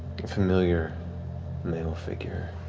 a familiar male figure.